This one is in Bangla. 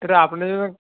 এটা আপনি